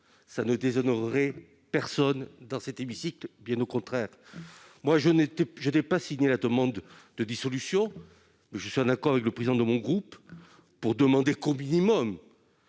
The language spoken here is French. ne déshonorerait personne dans cet hémicycle, bien au contraire. Je n'ai pas signé la demande de dissolution de l'UNEF, mais je suis en accord avec le président de mon groupe pour demander au minimum